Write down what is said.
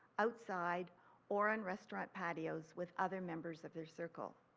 outside or on restaurant patios with other numbers of your circle.